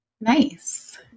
nice